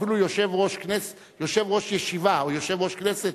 אפילו יושב-ראש ישיבה או יושב-ראש כנסת